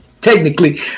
Technically